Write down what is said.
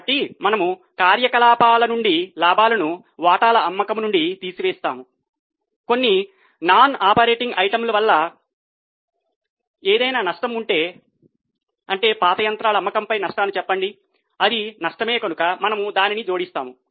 కాబట్టి మనము కార్యకలాపాల నుండి లాభాలను వాటాల అమ్మకం నుండి తీసివేస్తాము కొన్ని నాన్ ఆపరేటింగ్ ఐటమ్ వల్ల ఏదైనా నష్టం ఉంటే పాత యంత్రాల అమ్మకంపై నష్టాన్ని చెప్పండి అది నష్టమే కనుక మనము దానిని జోడిస్తాము